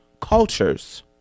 cultures